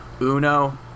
Uno